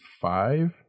five